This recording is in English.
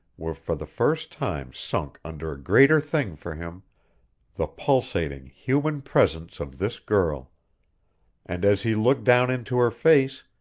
were for the first time sunk under a greater thing for him the pulsating, human presence of this girl and as he looked down into her face,